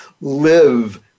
live